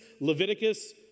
Leviticus